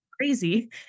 crazy